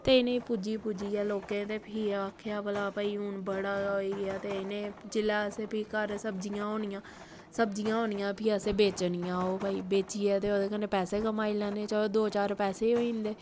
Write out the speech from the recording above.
ते इ'नें गी पूज्जी पूज्जियै लोकें ते फ्ही आखेआ भला भाई हून बड़ा गै होई गेआ ते इ'नें जिल्लै असें भी घर सब्जियां होनियां सब्जियां होनियां फ्ही असें बेचनियां ओह् भाई बेच्चियै ऐ ते ओह्दे कन्नै पैसे कमाई लैने चलो दो चार पैसे होई जंदे